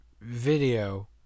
video